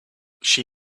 she